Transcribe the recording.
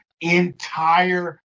entire